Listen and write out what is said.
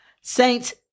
Saints